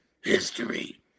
history